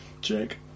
Jake